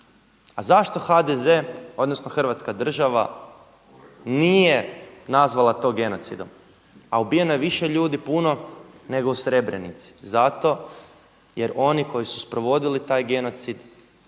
A zašto HDZ odnosno Hrvatska država nije nazvala to genocidom, a ubijeno je više ljudi puno nego u Srebrenici. Zato jer oni koji su sprovodili taj genocid